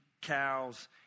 cows